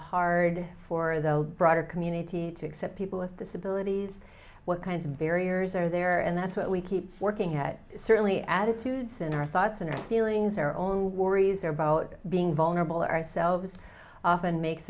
hard for the broader community to accept people with disabilities what kinds of barriers are there and that's what we keep working at certainly attitudes in our thoughts and feelings our own worries about being vulnerable ourselves often makes